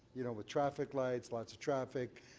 you know with traffic lights, lots of traffic,